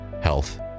health